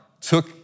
took